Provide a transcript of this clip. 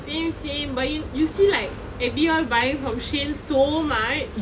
same same but you you see like abby all buying from Shein so much